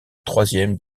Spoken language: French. troisième